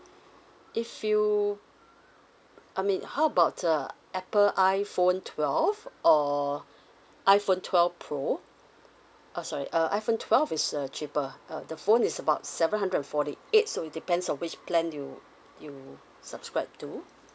if you I mean how about uh apple iphone twelve or iphone twelve pro uh sorry uh iphone twelve is uh cheaper uh the phone is about seven hundred and forty eight so it depends on which plan you you subscribe to